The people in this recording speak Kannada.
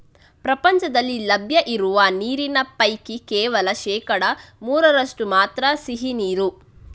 ಪ್ರಪಂಚದಲ್ಲಿ ಲಭ್ಯ ಇರುವ ನೀರಿನ ಪೈಕಿ ಕೇವಲ ಶೇಕಡಾ ಮೂರರಷ್ಟು ಮಾತ್ರ ಸಿಹಿ ನೀರು